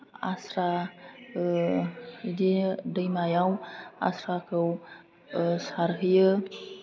आस्रा बिदि दैमायाव आस्राखौ सारहैयो